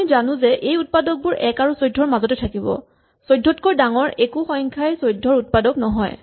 আমি জানো যে এই উৎপাদকবোৰ ১ আৰু ১৪ ৰ মাজতে থাকিব ১৪ তকৈ ডাঙৰ একো সংখ্যা ১৪ ৰ উৎপাদক নহয়